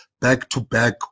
back-to-back